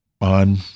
on